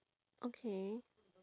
okay